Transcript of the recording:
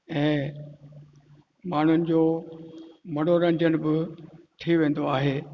ऐं माण्हुनि जो मनोरंजन बि थी वेंदो आहे